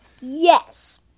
Yes